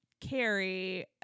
Carrie